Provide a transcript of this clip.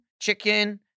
chicken